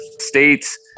states